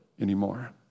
anymore